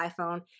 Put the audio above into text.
iPhone